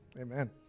Amen